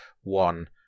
one